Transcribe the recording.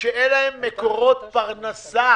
התקציב הנוסף.